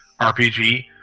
RPG